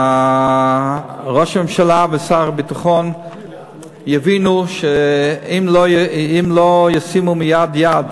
שראש הממשלה ושר הביטחון יבינו שאם לא ישימו מייד יד